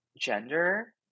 gender